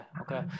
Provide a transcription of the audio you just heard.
okay